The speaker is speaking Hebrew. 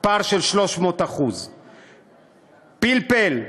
פער של 300%; פלפל,